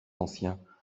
anciens